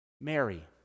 Mary